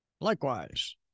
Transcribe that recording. Likewise